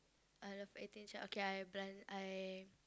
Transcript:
I love Eighteen-Chef okay I belan~ I